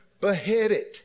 beheaded